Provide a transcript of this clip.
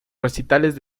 recitales